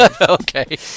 Okay